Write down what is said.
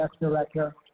director